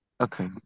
Okay